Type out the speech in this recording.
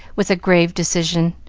with grave decision,